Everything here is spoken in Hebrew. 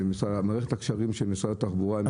מערכת הקשרים של משרד התחבורה עם השרה.